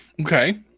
Okay